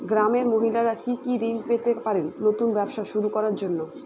গ্রামের মহিলারা কি কি ঋণ পেতে পারেন নতুন ব্যবসা শুরু করার জন্য?